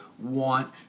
want